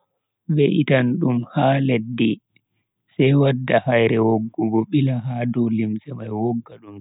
Ve'itan dum ha leddi, sai wadda haire woggugo bila ha dow limse mai wogga dum sai nyoibba.